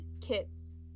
kids